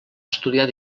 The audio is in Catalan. estudiar